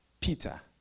Peter